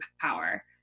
power